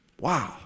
Wow